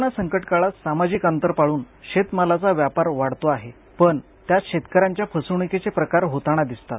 corona संकटकाळात सामाजिक अंतर पाळून शेतमालाचा व्यापार वाढतो आहे पण त्यात शेतक यांच्या फसवणूकीचे प्रकार होताना दिसतात